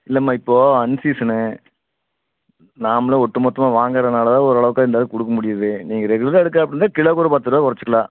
இல்லைம்மா இப்போது அன்சீசனு நாமளே ஒட்டு மொத்தமாக வாங்கிறதுனால தான் ஓரளவுக்கு இந்தளவுக்கு கொடுக்க முடியுது நீங்கள் ரெகுலராக எடுக்கிறாப்புல இருந்தால் கிலோவுக்கு ஒரு பத்து ரூபா குறைச்சிக்கலாம்